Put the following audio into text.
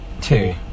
Two